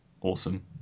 Awesome